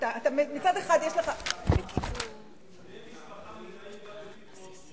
מצד אחד יש לך ------ בני משפחה מזהים גם לפי תנועות גוף.